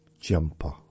jumper